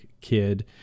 kid